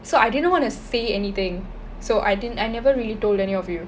so I didn't want to say anything so I didn~ I never really told any of you